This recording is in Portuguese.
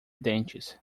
dentes